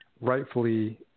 rightfully